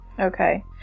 Okay